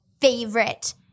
favorite